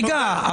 רגע.